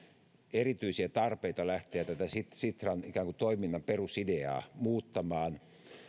erityisiä tarpeita lähteä tätä sitran toiminnan ikään kuin perusideaa muuttamaan